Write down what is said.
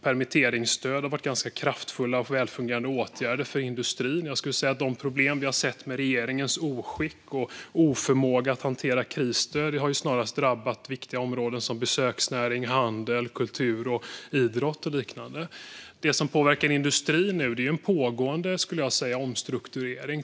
Permitteringsstöden har varit kraftfulla och välfungerande åtgärder för industrin. Jag skulle säga att de problem som vi har sett med regeringens oskick och oförmåga att hantera krisstöd snarare har drabbat viktiga områden som besöksnäring, handel, kultur, idrott och liknande. Det som påverkar industrin nu skulle jag säga är en pågående omstrukturering.